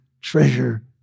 treasure